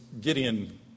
Gideon